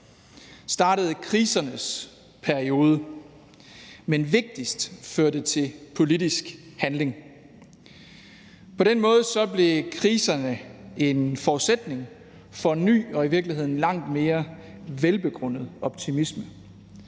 startede krisernes periode, men som det vigtigste førte til politisk handling. På den måde blev kriserne en forudsætning for en ny og i virkeligheden langt mere velbegrundet optimisme